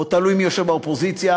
תלוי מי יושב באופוזיציה,